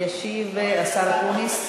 בלי חוק, ישיב השר אקוניס.